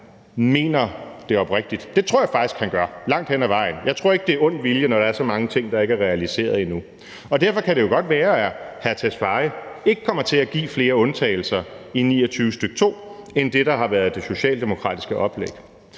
mener det oprigtigt – det tror jeg faktisk han gør langt hen ad vejen. Jeg tror ikke, det skyldes ond vilje, når der er så mange ting, der ikke er realiseret endnu. Og derfor kan det jo godt være, at udlændinge- og integrationsministeren ikke kommer til at give flere undtagelser i § 29, stk. 2 end det, der har været det socialdemokratiske oplæg.